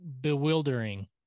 bewildering